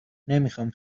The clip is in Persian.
نمیخام